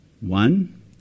One